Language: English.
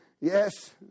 yes